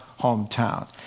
hometown